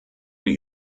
wir